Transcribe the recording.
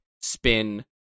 spin